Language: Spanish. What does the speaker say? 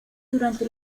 durante